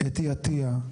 אתי עטיה,